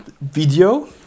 video